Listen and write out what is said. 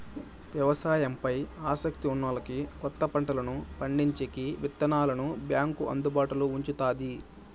వ్యవసాయం పై ఆసక్తి ఉన్నోల్లకి కొత్త పంటలను పండించేకి విత్తనాలను బ్యాంకు అందుబాటులో ఉంచుతాది